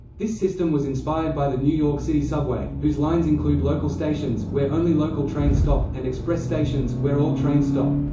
this system was inspired by the new york city subway, whose lines include local stations, where only local trains stop, and express stations, where all trains stop.